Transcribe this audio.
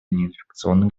неинфекционных